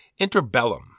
Interbellum